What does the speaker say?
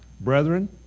Brethren